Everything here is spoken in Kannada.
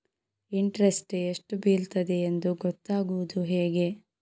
ಇಂಟ್ರೆಸ್ಟ್ ಎಷ್ಟು ಬೀಳ್ತದೆಯೆಂದು ಗೊತ್ತಾಗೂದು ಹೇಗೆ?